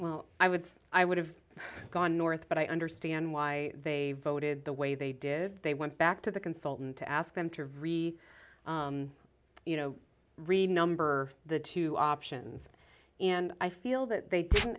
well i would i would have gone north but i understand why they voted the way they did they went back to the consultant to ask them to re you know read number the two options and i feel that they didn't